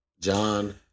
John